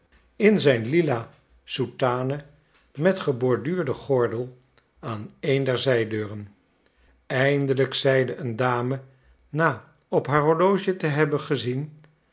in zijn lila soutane met geborduurden gordel aan een der zijdeuren eindelijk zeide een dame na op haar horloge te hebben gezien